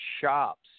shops